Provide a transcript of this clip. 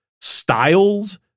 styles